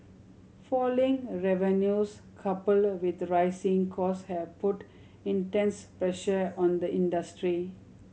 falling revenues coupled with rising cost have put intense pressure on the industry